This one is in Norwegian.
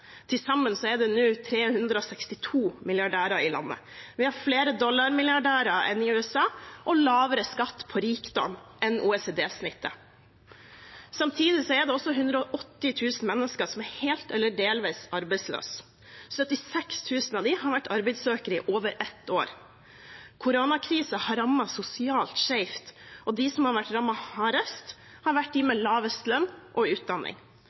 Til sammen er det nå 362 milliardærer i landet. Vi har flere dollarmilliardærer enn USA og lavere skatt på rikdom enn OECD-snittet. Samtidig er det også 180 000 mennesker som er helt eller delvis arbeidsløse. 76 000 av dem har vært arbeidssøkere i over et år. Koronakrisen har rammet sosialt skjevt, og de som har blitt rammet hardest, har vært de med lavest lønn og utdanning.